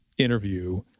interview